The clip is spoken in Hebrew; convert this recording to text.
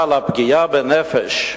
אבל הפגיעה בנפש,